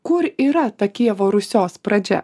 kur yra ta kijevo rusios pradžia